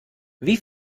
wie